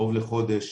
קרוב לחודש,